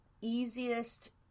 easiest